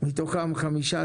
מתוכם 5,